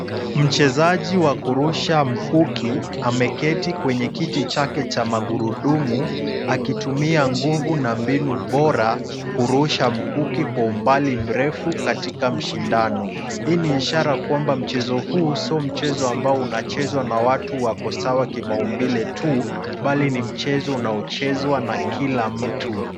Mchezaji wa kurusha mkuki ameketi kwenye kiti chake cha magurudumu, akitumia nguvu na mbinu bora, kurusha mkuki kwa umbali mrefu katika mshindano. Hii ni ishara kwamba mchezo huu, sio mchezo ambao unachezwa na watu wako sawa kimaumbile tu, bali ni mchezo unaochezwa na kila mtu.